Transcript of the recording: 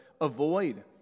avoid